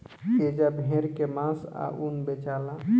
एजा भेड़ के मांस आ ऊन बेचाला